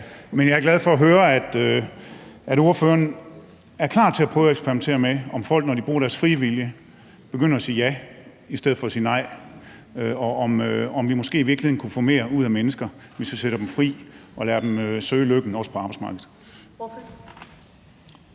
Men jeg er glad for at høre, at ordføreren er klar til at prøve at eksperimentere med, om folk, når de bruger deres frie vilje, begynder at sige ja i stedet for at sige nej, og om vi måske i virkeligheden kunne få mere ud af mennesker, hvis vi satte dem fri og lod dem søge lykken, også på arbejdsmarkedet.